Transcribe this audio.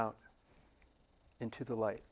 out into the light